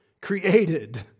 created